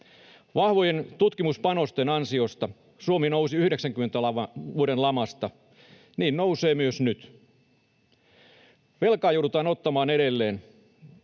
Vahvojen tutkimuspanosten ansiosta Suomi nousi 90-luvun lamasta. Niin nousee myös nyt. Velkaa joudutaan ottamaan edelleen.